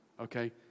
okay